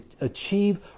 achieve